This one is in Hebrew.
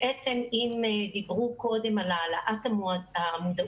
בעצם אם דיברו קודם על העלאת המודעות,